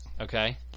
Okay